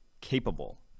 capable